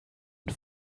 und